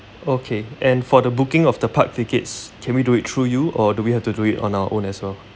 okay and for the booking of the park tickets can we do it through you or do we have to do it on our own as well